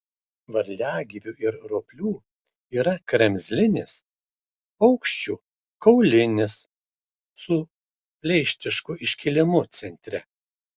varliagyvių ir roplių yra kremzlinis paukščių kaulinis su pleištišku iškilimu centre